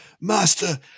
Master